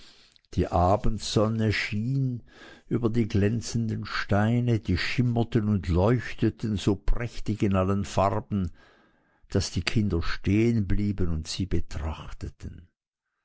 die abendsonne schien über die glänzenden steine sie schimmerten und leuchteten so prächtig in allen farben daß die kinder stehen blieben und sie betrachteten